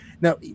now